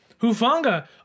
Hufanga